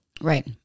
Right